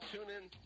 TuneIn